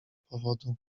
powodu